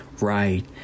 Right